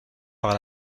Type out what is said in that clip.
par